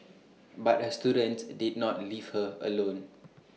but her students did not leave her alone